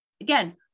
Again